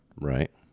Right